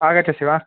आगच्छसि वा